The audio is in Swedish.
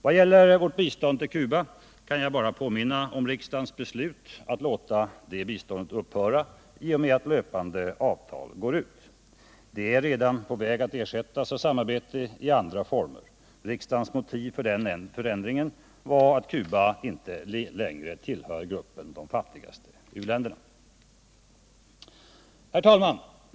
Vad gäller vårt bistånd till Cuba kan jag bara påminna om riksdagens beslut att låta biståndet upphöra i och med att löpande avtal går ut. Det är redan på väg att ersättas av samarbete i andra former. Riksdagens motiv för den förändringen var att Cuba inte längre tillhör gruppen de fattigaste uländerna. Herr talman!